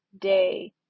day